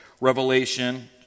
Revelation